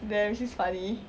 damn she's funny